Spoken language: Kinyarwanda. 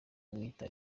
wiyita